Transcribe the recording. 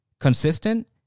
Consistent